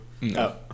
No